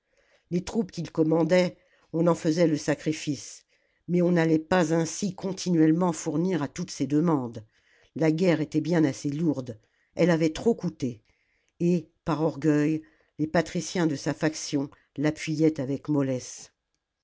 les troupes qu'il commandait on en faisait le sacrifice mais on n'allait pas ainsi continuellement fournir à toutes ses demandes la guerre était bien assez lourde elle avait trop coûté et par orgueil les patriciens de sa faction l'appuyaient avec mollesse